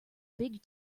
big